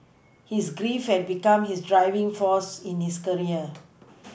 his grief had become his driving force in his career